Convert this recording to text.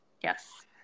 Yes